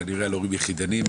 כנראה על הורים יחידנים.